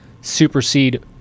supersede